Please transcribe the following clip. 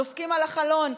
דופקים על החלון,